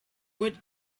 what